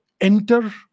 enter